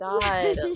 god